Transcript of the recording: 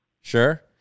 Sure